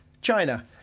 China